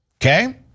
okay